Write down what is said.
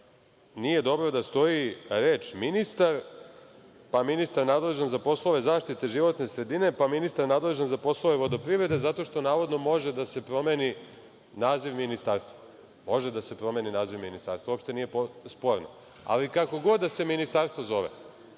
nije dobro da stoji reč „ministar“, pa „ministar nadležan za poslove zaštite životne sredine“, pa „ministar nadležan za poslove vodoprivrede“, zato što navodno može da se promeni naziv ministarstva. Može da se promeni naziv ministarstva, uopšte nije sporno, ali kako god da se ministarstvo zove,